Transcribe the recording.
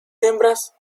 hembras